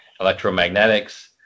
electromagnetics